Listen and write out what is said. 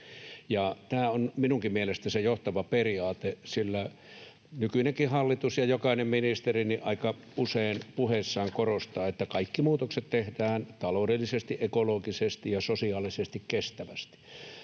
tämä on minunkin mielestäni se johtava periaate, sillä nykyinenkin hallitus ja jokainen ministeri aika usein puheissaan korostavat, että ”kaikki muutokset tehdään taloudellisesti, ekologisesti ja sosiaalisesti kestävästi”.